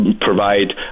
provide